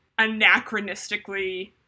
anachronistically